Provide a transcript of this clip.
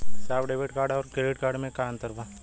साहब debit card और credit card में का अंतर बा?